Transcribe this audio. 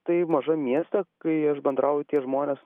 tai mažam mieste kai aš bendrauju tie žmonės